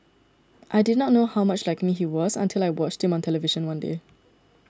I did not know how much like me he was until I watched him on television one day